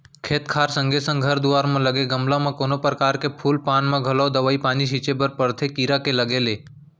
खेत खार संगे संग घर दुवार म लगे गमला म कोनो परकार के फूल पान म घलौ दवई पानी छींचे बर परथे कीरा के लगे ले